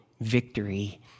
victory